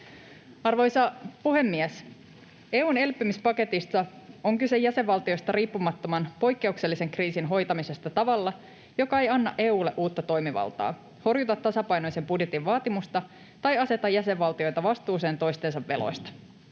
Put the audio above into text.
Arvoisa puhemies! EU:n elpymispaketissa on kyse jäsenvaltioista riippumattoman poikkeuksellisen kriisin hoitamisesta tavalla, joka ei anna EU:lle uutta toimivaltaa, horjuta tasapainoisen budjetin vaatimusta tai aseta jäsenvaltioita vastuuseen toistensa veloista.